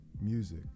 music